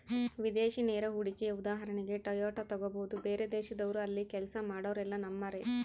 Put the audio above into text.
ವಿದೇಶಿ ನೇರ ಹೂಡಿಕೆಯ ಉದಾಹರಣೆಗೆ ಟೊಯೋಟಾ ತೆಗಬೊದು, ಬೇರೆದೇಶದವ್ರು ಅಲ್ಲಿ ಕೆಲ್ಸ ಮಾಡೊರೆಲ್ಲ ನಮ್ಮರೇ